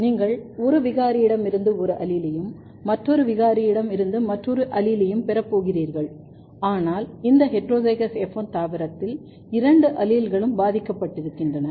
நீங்கள் ஒரு விகாரியிடமிருந்து ஒரு அலீலையும் மற்றொரு விகாரியிடமிருந்து மற்றொரு அலீலையும் பெறப் போகிறீர்கள் ஆனால் இந்த ஹீட்டோரோசைகஸ் எஃப் 1 தாவரத்தில் இரண்டு அலீல்களும் பாதிக்கப்பட்டிருக்கின்றன